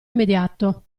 immediato